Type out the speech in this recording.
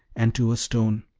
and to a stone.